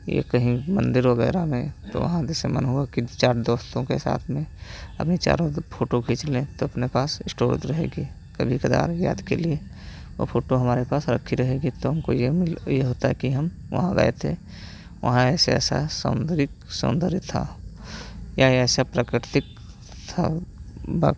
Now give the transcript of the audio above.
यह कहीं मन्दिर वग़ैरह में तो आधे से मन हुआ कि चार दोस्तों के साथ में अभी चारों फ़ोटो खींच लें तो अपने पास स्टोरेज़ रहेगी कभी कभार याद के लिए वह फ़ोटो हमारे पास रखी रहेगी तो हमको यह मिल यह होता कि हम वहाँ गए थे वहाँ ऐसे ऐसा सौन्दरी सौन्दर्य था या या सब प्राकृतिक था बा